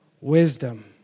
wisdom